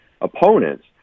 opponents